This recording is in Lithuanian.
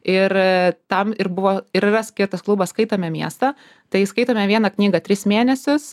ir tam ir buvo ir yra skirtas klubas skaitome miestą tai skaitome vieną knygą tris mėnesius